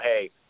hey